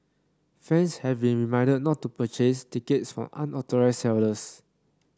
fans have been reminded not to purchase tickets from unauthorised sellers